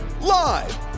Live